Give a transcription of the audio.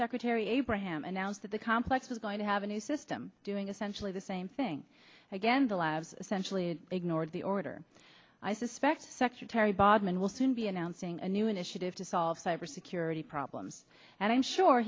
secretary abraham announced that the complex is going to have a new system doing essentially the same thing again the labs essentially ignored the order i suspect secretary bodman will soon be announcing a new initiative to solve cybersecurity problems and i'm sure